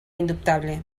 indubtable